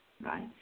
right